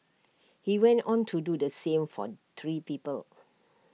he went on to do the same for three people